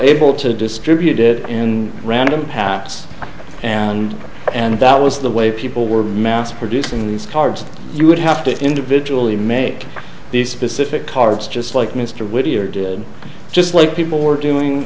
able to distribute it in random packs and and that was the way people were mass producing these cards you would have to individually make these specific cards just like mr whittier did just like people were doing